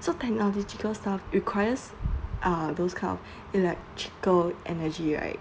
so technological stuff requires uh those kind ofelectrical energy right